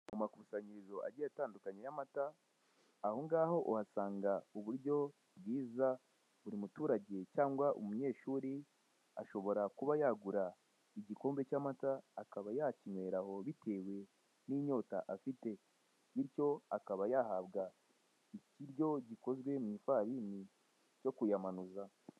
Mu makusanyirizo agiye atandukanye y'amata aho ngaho uhasanga uburyo bwiza buri muturage cyangwa umunyeshuri ashobora kuba yagura igikombe cy'amata akaba yakinkweraho bitewe ninyota afite bityo akaba yahabwa ikiryo gikoze mw'ifarini cyo kuyamanuza.